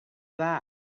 that